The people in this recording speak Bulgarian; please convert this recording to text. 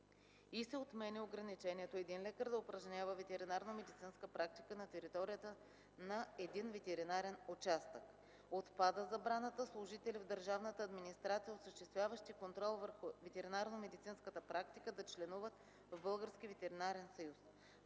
и се отменя ограничението един лекар да упражнява ветеринарномедицинска практика на територията на един ветеринарен участък. Отпада забраната служители в държавната администрация, осъществяващи контрол върху ветеринарномедицинската практика, да членуват в Българския ветеринарен съюз.